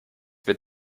wird